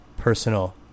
personal